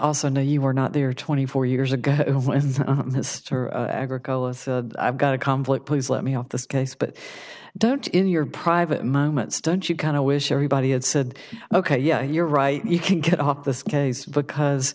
also know you were not there twenty four years ago when agricola said i've got a conflict please let me off this case but don't in your private moments don't you kind of wish everybody had said ok yeah you're right you can get off this case because